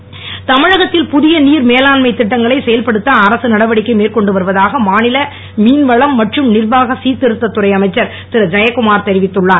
ஜெயக்குமார் தமிழகத்தில் புதிய நீர் மேலாண்மை திட்டங்களை செயல்படுத்த அரசு நடவடிக்கை மேற்கொண்டு வருவதாக மாநில மீன்வளம் மற்றும் நிர்வாக சிர்திருத்தத் துறை அமைச்சர் திரு ஜெயக்குமார் தெரிவித்துள்ளார்